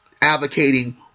advocating